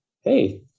Hey